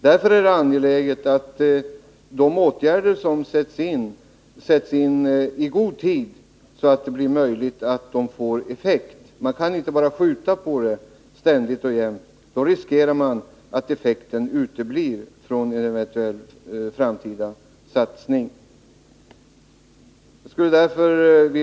Därför är det angeläget att de åtgärder som vidtas sätts in i god tid, så att de kan få effekt. Man kan inte bara ständigt och jämt skjuta på dem — då riskerar man att effekten av en eventuell framtida satsning uteblir.